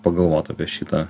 pagalvot apie šitą